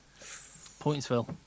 Pointsville